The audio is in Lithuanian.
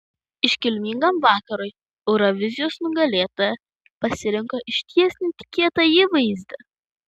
iškilmingam vakarui eurovizijos nugalėtoja pasirinko išties netikėtą įvaizdį